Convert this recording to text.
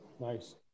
Nice